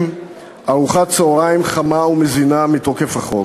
ארוחת צהריים חמה ומזינה מתוקף החוק.